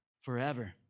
forever